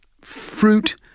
fruit